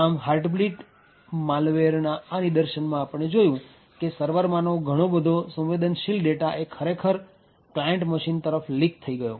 આમ હાર્ટબ્લીડ માલ્વેરના આ નિદર્શનમાં આપણે જોયું કે સર્વરમાંનો ઘણો બધો સંવેદનશીલ ડેટા એ ખરેખર ક્લાયન્ટ મશીન તરફ લીક થઇ ગયો